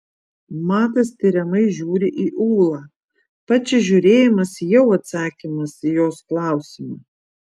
matas tiriamai žiūri į ūlą pats šis žiūrėjimas jau atsakymas į jos klausimą